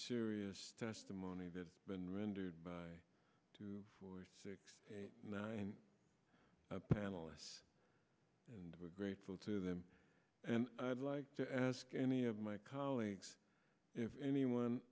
serious testimony that's been rendered by two four six nine panelists and we're grateful to them and i'd like to ask any of my colleagues if anyone